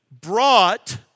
brought